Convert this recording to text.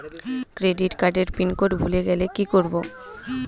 Credit কার্ডের PIN code ভুলে গেলে কি করব?